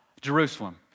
Jerusalem